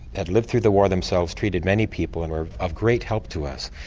they'd lived through the war themselves, treated many people and were of great help to us.